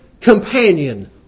companion